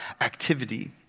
activity